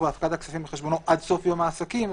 בהפקדת כספים בחשבונו עד סוף יום העסקים"